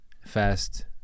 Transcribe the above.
fast